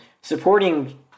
supporting